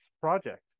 project